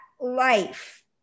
life